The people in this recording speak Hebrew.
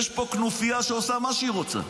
יש פה כנופיה שעושה מה שהיא רוצה.